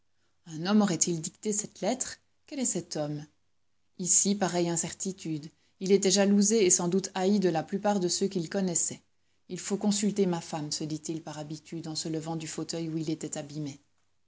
un homme aurait-il dicté cette lettre quel est cet homme ici pareille incertitude il était jalousé et sans doute haï de la plupart de ceux qu'il connaissait il faut consulter ma femme se dit-il par habitude en se levant du fauteuil où il était abîmé